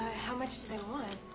how much do they want?